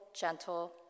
gentle